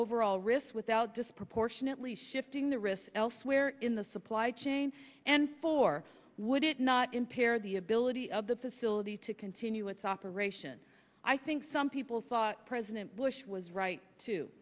overall risk without disproportionately shifting the risk elsewhere in the supply chain and for would it not in here the ability of the facility to continue its operation i think some people thought president bush was right too